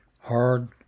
hard